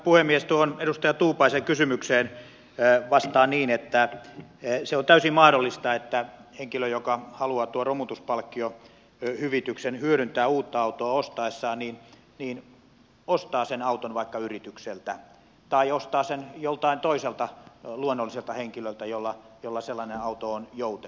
tuohon edustaja tuupaisen kysymykseen vastaan niin että se on täysin mahdollista että henkilö joka haluaa tuon romutuspalkkiohyvityksen hyödyntää uutta autoa ostaessaan ostaa sen auton vaikka yritykseltä tai ostaa sen joltain toiselta luonnolliselta henkilöltä jolla sellainen auto on jouten